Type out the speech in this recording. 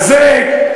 בין מרכיביה.